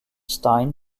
stein